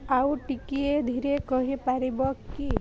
ଆଉ ଟିକିଏ ଧୀରେ କହିପାରିବ କି